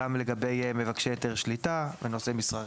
גם לגבי מבקשי היתר שליטה ונושאי משרה.